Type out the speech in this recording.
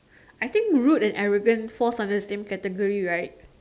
I think rude and arrogant falls under the same category right